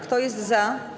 Kto jest za?